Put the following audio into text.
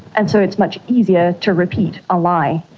and so it's much easier to repeat a lie.